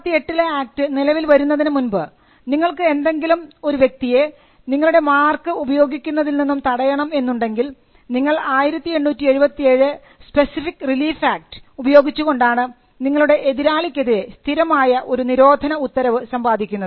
1958 ലെ ആക്ട് നിലവിൽ വരുന്നതിനു മുൻപ് നിങ്ങൾക്ക് ഏതെങ്കിലും ഒരു വ്യക്തിയെ നിങ്ങളുടെ മാർക്ക് ഉപയോഗിക്കുന്നതിൽ നിന്നും തടയണം എന്നുണ്ടെങ്കിൽ നിങ്ങൾ 1877 സ്പെസിഫിക് റിലീഫ് ആക്ട് ഉപയോഗിച്ചുകൊണ്ടാണ് നിങ്ങളുടെ എതിരാളിക്കെതിരെ സ്ഥിരമായ ഒരു നിരോധന ഉത്തരവ് സമ്പാദിക്കുന്നത്